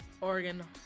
Oregon